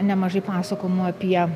nemažai pasakojimų apie